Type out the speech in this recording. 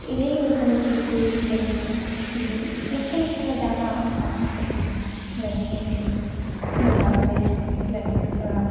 यही होता है कि कोई भी खेल में जो लड़कों में थोड़ा ज़्यादा ताकत होता है लड़कियों के मुकाबले लड़कियाँ थोड़ा